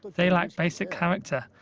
they lack basic character,